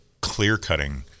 clear-cutting